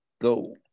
go